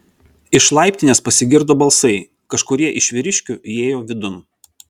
iš laiptinės pasigirdo balsai kažkurie iš vyriškių įėjo vidun